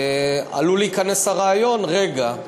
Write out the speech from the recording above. עלול להיכנס הרעיון: רגע,